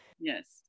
Yes